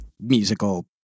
musical